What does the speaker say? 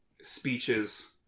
speeches